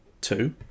Two